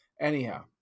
Anyhow